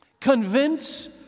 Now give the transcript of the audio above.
Convince